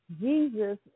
jesus